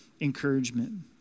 encouragement